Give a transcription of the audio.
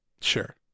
Sure